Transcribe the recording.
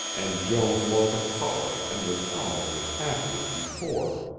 and joan wore the collar and was almost as happy as before.